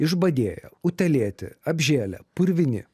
išbadėję utėlėti apžėlę purvini